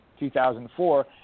2004